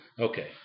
Okay